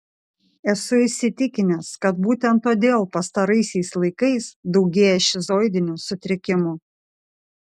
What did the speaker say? esu įsitikinęs kad būtent todėl pastaraisiais laikais daugėja šizoidinių sutrikimų